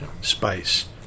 spice